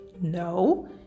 No